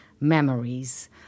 memories